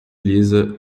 lisa